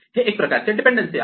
हे एक प्रकारचे डीपेंडन्सी आहे